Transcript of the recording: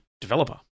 developer